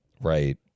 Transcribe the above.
Right